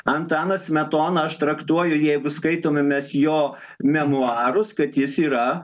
antanas smetona aš traktuoju jeigu skaitome mes jo memuarus kad jis yra